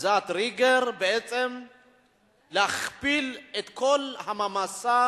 זה הטריגר בעצם להכפיל את כל המעמסה